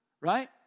right